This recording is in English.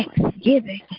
thanksgiving